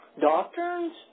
doctrines